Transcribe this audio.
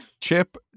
Chip